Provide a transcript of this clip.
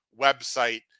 website